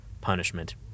punishment